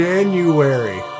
January